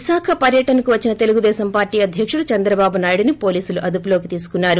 విశాఖ పర్యటనకు వచ్చిన తెలుగుదేశం పార్లీ అధ్యకుడు చంద్రబాబు నాయుడుని పోలీసులు అదుపులోకి తీసుకున్నారు